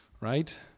right